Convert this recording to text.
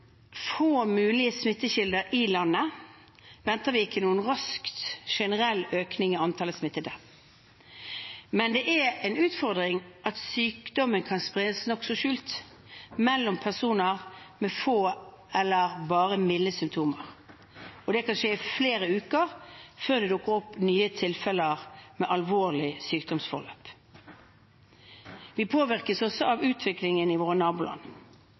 få mulige smittekilder i landet, venter vi ikke noen rask, generell økning i antall smittede. Men det er en utfordring at sykdommen kan spres nokså skjult – mellom personer med få eller bare milde symptomer – og det kan skje i flere uker før det dukker opp noen tilfeller med alvorlig sykdomsforløp. Vi påvirkes også av utviklingen i våre naboland.